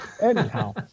Anyhow